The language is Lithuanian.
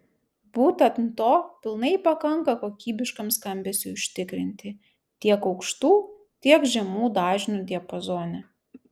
būtent to pilnai pakanka kokybiškam skambesiui užtikrinti tiek aukštų tiek žemų dažnių diapazone